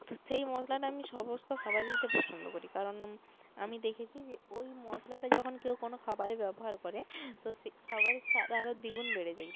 তো সেই মশলাটা আমি সমস্ত খাবারে দিতে পছন্দ করি কারণ আমি দেখেছি যে ওই মশলাটা যখন কেউ কোনো খাবারে ব্যবহার করে তো সেই খাবারের স্বাদ আরো দ্বিগুণ বেড়ে যায়